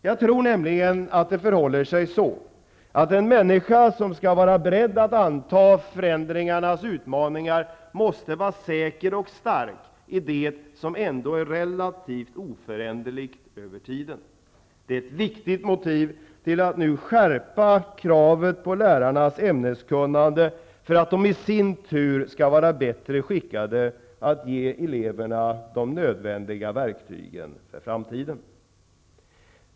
Jag tror nämligen att en människa som skall vara beredd att anta de utmaningar som förändringar för med sig måste vara säker och stark i fråga om det som ändå är relativt oföränderligt över tiden. Det är ett viktigt motiv för att nu skärpa kravet på lärarnas ämneskunnande för att dessa i sin tur skall vara bättre skickade att ge eleverna de nödvändiga verktygen för framtiden.